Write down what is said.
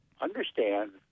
understand